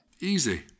easy